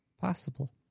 possible